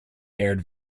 aired